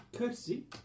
Courtesy